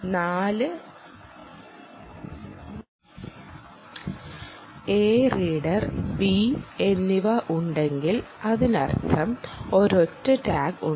A reader B എന്നിവ ഉണ്ടെങ്കിൽ അതിനർത്ഥം ഒരൊറ്റ ടാഗ് ഉണ്ട്